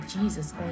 Jesus